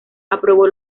aprobó